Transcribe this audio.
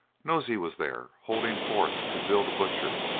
nosey was there, holding forth to bill the butcher,